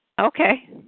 Okay